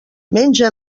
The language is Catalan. menja